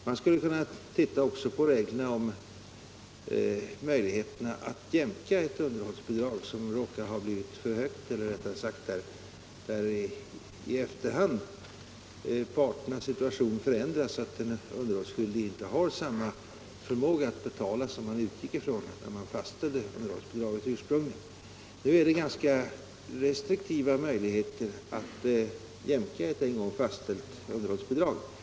Man skulle också kunna titta på reglerna om möjligheten att jämka ett underhållsbidrag där parternas situation i efterhand har förändrats så att den underhållsskyldige inte har samma förmåga att betala som man utgick ifrån när man ursprungligen fastställde underhållsbidraget. Nu är möjligheterna att jämka ett en gång fastställt underhållsbidrag ganska restriktiva.